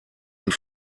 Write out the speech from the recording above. und